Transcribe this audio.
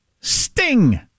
Sting